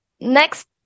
next